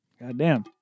Goddamn